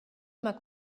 emañ